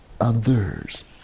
others